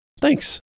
Thanks